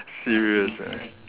serious ah